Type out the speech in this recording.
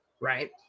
right